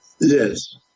Yes